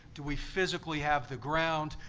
do we physically have the ground?